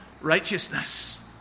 righteousness